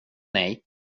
nej